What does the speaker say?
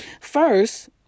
First